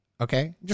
Okay